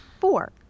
four